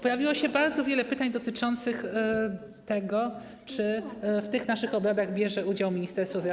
Pojawiło się bardzo wiele pytań dotyczących tego, czy w naszych obradach bierze udział Ministerstwo Zdrowia.